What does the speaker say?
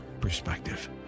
perspective